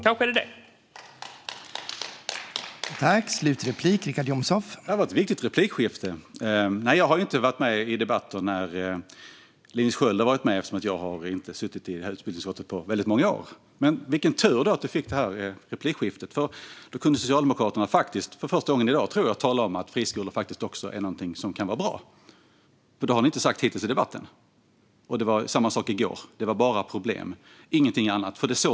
Kanske är det vad det handlar om.